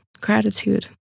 gratitude